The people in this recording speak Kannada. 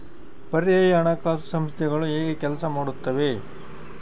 ಪರ್ಯಾಯ ಹಣಕಾಸು ಸಂಸ್ಥೆಗಳು ಹೇಗೆ ಕೆಲಸ ಮಾಡುತ್ತವೆ?